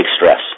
stress